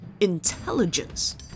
intelligence